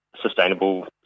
sustainable